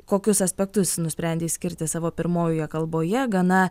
kokius aspektus jis nusprendė skirti savo pirmojoje kalboje gana